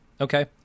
Okay